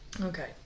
Okay